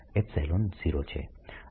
P0 છે